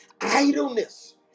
idleness